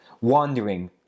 wandering